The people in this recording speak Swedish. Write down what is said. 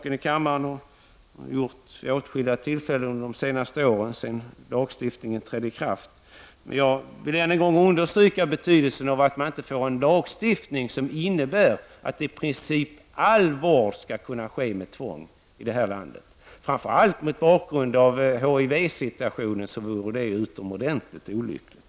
Den har också varit uppe till debatt här vid åtskilliga tillfällen de senaste åren efter det att lagstiftningen trätt i kraft. Jag vill än en gång understryka betydelsen av att det inte blir en lagstiftning som innebär att i princip all vård skall kunna ske med tvång. Framför allt med tanke på HIV-situationen vore det utomordentligt olyckligt.